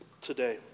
today